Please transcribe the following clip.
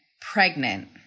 pregnant